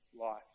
life